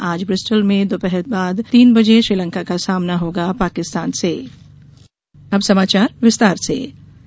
आज ब्रिस्टल में दोपहर बाद तीन बजे श्रीलंका का सामना पाकिस्तान से होगा